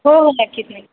हो हो नक्कीच नक्कीच